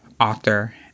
author